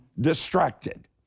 distracted